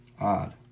Odd